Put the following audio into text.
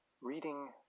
reading